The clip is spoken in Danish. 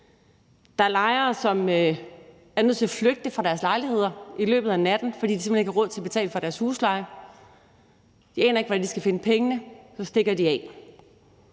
Der er lejere, som er nødt til at flygte fra deres lejligheder i løbet af natten, fordi de simpelt hen ikke har råd til at betale deres husleje. De aner ikke, hvordan de skal finde pengene, og så stikker de af.